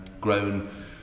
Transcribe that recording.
grown